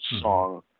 song